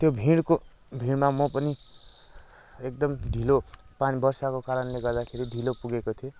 त्यो भिडको भिडमा म पनि एकदम ढिलो पानी बर्षाको कारणले गर्दाखेरि ढिलो पुगेको थिएँ